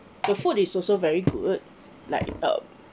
the food is also very good like uh